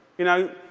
you know,